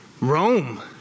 Rome